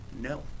No